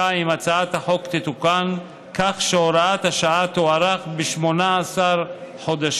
2. הצעת החוק תתוקן כך שהוראת השעה תוארך ב-18 חודשים,